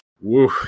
Woo